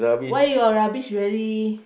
why your rubbish very